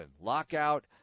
Lockout